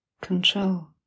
control